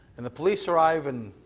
and the police arrive and